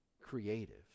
creative